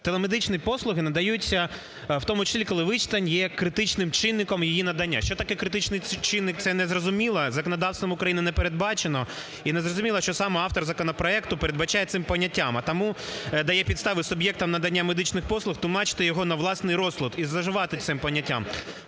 Телемедичні послуги надаються в тому числі, коли відстань є критичним чинником її надання. Що таке "критичний чинник", це не зрозуміло, законодавством України не передбачено. І не зрозуміло, що сам автор законопроекту передбачає цим поняттям, а тому дає підстави суб'єктам надання медичних послуг тлумачити його на власний розсуд і зловживати цим поняттям.